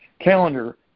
calendar